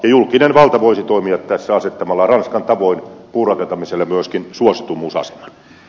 julkinen valta voisi toimia tässä asettamalla ranskan tavoin puurakentamiselle myöskin suosituimmuusaseman